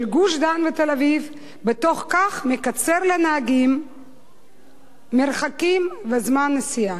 גוש-דן ותל-אביב ובתוך כך מקצר לנהגים מרחקים וזמן נסיעה".